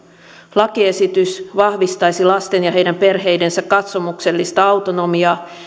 lakiesitys vahvistaisi lasten ja heidän perheidensä katsomuksellista autonomiaa